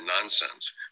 nonsense